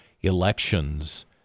elections